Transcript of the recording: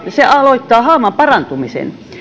se aloittaa haavan parantumisen